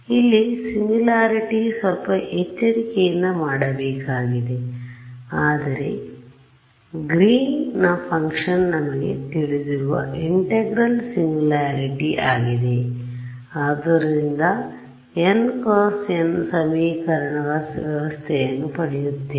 ಅಲ್ಲಿ singularity ಸ್ವಲ್ಪ ಎಚ್ಚರಿಕೆಯಿಂದ ಮಾಡಬೇಕಾಗಿದೆ ಆದರೆ ಗ್ರೀನ್ ನ ಫಂಕ್ಶನ್ ನಮಗೆ ತಿಳಿದಿರುವ ಇಂಟೆಗ್ರಲ್ ಸಿಂಗ್ಯುಲಾರೊಟಿ ಆಗಿದೆ ಆದ್ದರಿಂದ N × N ಸಮೀಕರಣಗಳ ವ್ಯವಸ್ಥೆಯನ್ನು ಪಡೆಯುತ್ತೇವೆ